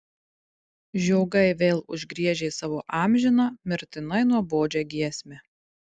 žiogai vėl užgriežė savo amžiną mirtinai nuobodžią giesmę